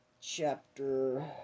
chapter